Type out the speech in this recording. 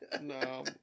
No